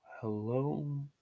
Hello